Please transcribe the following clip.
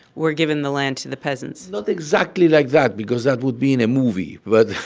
we're giving the land to the peasants? not exactly like that because that would be in a movie, but